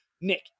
Nick